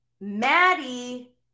Maddie